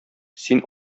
син